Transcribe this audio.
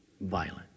Violent